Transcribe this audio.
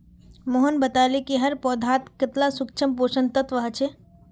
मोहन बताले कि हर पौधात कतेला सूक्ष्म पोषक तत्व ह छे